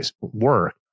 work